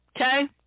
Okay